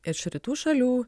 iš rytų šalių